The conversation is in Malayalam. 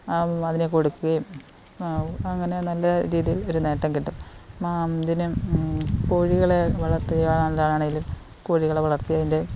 അതിനെ കൊടുക്കുകയും അങ്ങനെ നല്ല രീതിയിൽ ഒരു നേട്ടം കിട്ടും മാം അതിനെ കോഴികളെ വളർത്തിയാലാണേലും കോഴികളെ വളർത്തിയതിന്റെ